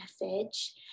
message